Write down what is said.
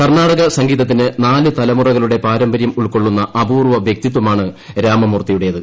കർണാ ടക സംഗീതത്തിന് നാലു തലമുറകളുടെ പാരമ്പര്യം ഉൾക്കൊള്ളുന്ന അപൂർവ്വ വ്യക്തിത്വമാണ് രാമമൂർത്തിയുടേത്